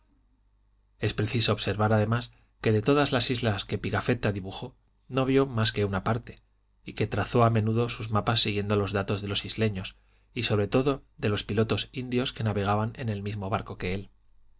es preciso observar además que de todas las islas que pigafetta dibujó no vio mas que una parte y que trazó a menudo sus mapas siguiendo los datos de los isleños y sobre todo de los pilotos indios que navegaban en el mismo barco que él